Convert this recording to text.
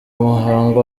muhango